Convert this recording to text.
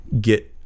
get